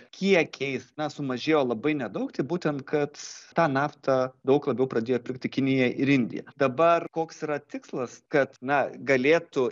kiekiais na sumažėjo labai nedaug tai būtent kads tą naftą daug labiau pradėjo pirkti kinija ir indija dabar koks yra tikslas kad na galėtų